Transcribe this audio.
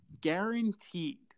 guaranteed